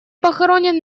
похоронен